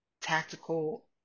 tactical